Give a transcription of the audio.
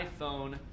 iPhone